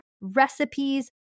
recipes